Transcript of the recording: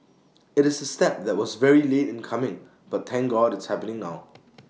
IT is A step that was very late in coming but thank God it's happening now